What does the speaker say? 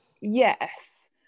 Yes